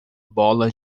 bola